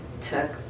took